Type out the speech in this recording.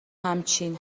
همچین